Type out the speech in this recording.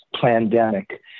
pandemic